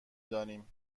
دانیم